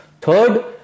Third